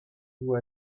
vous